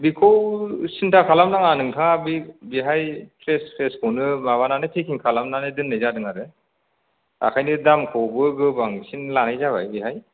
बेखौ सिनथा खालाम नाङा नोंथाङा बे बेहाय फ्रेस फ्रेसखौनो माबानानै पेकिं खालामनानै दोननाय जादों आरो ओंखायनो दामखौबो गोबांसिन लानाय जाबाय बेहाय